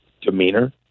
demeanor